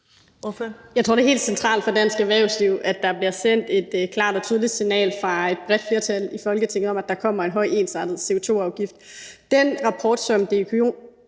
Jeg tror, det er helt centralt for dansk erhvervsliv, at der bliver sendt et klart og tydeligt signal fra et bredt flertal i Folketinget om, at der kommer en høj ensartet CO2-afgift. Den rapport, som Det